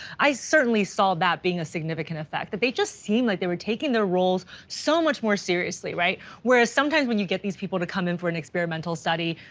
i certainly saw that being a significant effect that they just seemed like they were taking their roles so much more seriously, right. whereas sometimes when you get these people to come in for an experimental study,